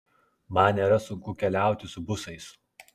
man nėra sunku keliauti su busais